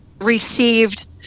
received